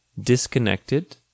disconnected